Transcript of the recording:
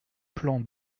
plan